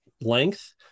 length